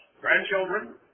grandchildren